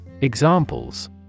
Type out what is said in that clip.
Examples